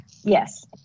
Yes